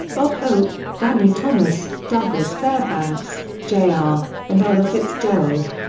bob hope, danny thomas, douglas fairbanks, jr, ah and ella fitzgerald.